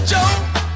Joe